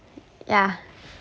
yeah